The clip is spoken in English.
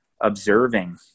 observing